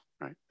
right